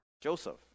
Joseph